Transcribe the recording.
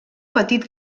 petit